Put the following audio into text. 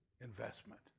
investment